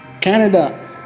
Canada